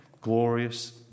glorious